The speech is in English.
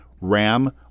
Ram